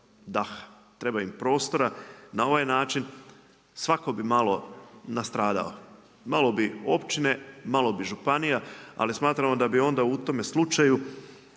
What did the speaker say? daha, treba im prostora. Na ovaj način svako bi malo nastradao, malo bi općine, malo bi županija, ali smatramo da bi onda u tome slučaju